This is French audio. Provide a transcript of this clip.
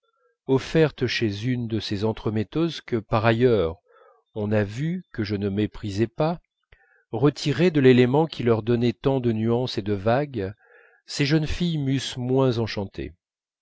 offertes chez une de ces entremetteuses que par ailleurs on a vu que je ne méprisais pas retirées de l'élément qui leur donnait tant de nuances et de vague ces jeunes filles m'eussent moins enchanté